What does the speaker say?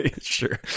sure